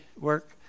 work